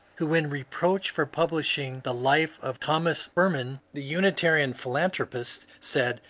who when reproached for publishing the life of thomas firmin, the unitarian philanthropist, said,